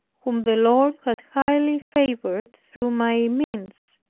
whom the lord has highly favored through my means.